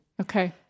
Okay